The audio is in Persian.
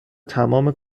تمام